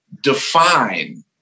Define